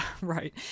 right